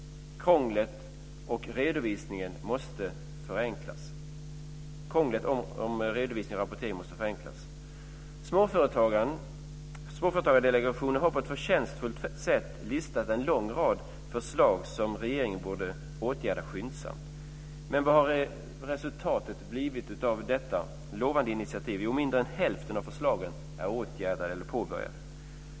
Krånglet med redovisning och rapportering måste förenklas. Småföretagsdelegationen har på ett förtjänstfullt sätt listat en lång rad förslag som regeringen borde åtgärda skyndsamt. Men vad har resultatet blivit av detta lovande initiativ? Jo, mindre än hälften av förslagen är åtgärdade eller påbörjade.